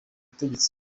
butegetsi